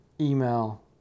email